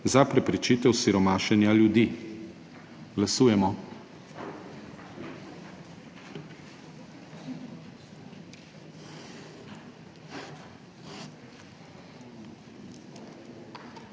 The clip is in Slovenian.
za preprečitev siromašenja ljudi. Glasujemo.